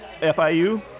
FIU